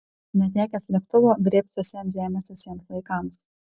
netekęs lėktuvo drėbsiuosi ant žemės visiems laikams